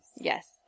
Yes